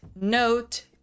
note